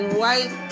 white